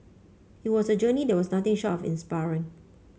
it was a journey that was nothing short of inspiring